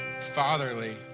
fatherly